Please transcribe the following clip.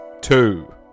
Two